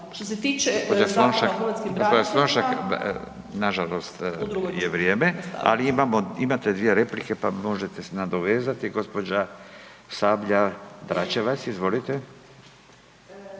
gospođo Slonjšak nažalost je vrijeme, ali imate 2 replike pa možete se nadovezati. Gospođa Sabljar-Dračevac izvolite.